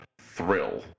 thrill